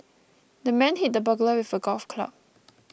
the man hit the burglar with a golf club